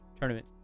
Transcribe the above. tournament